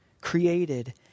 created